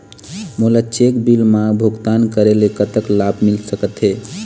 मोला cheque bill मा भुगतान करेले कतक लाभ मिल सकथे?